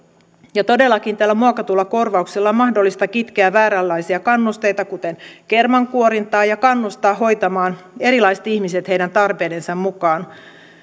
ja todellakin tällä muokatulla korvauksella on mahdollista kitkeä vääränlaisia kannusteita kuten kermankuorintaa ja kannustaa hoitamaan erilaiset ihmiset heidän tarpeidensa mukaan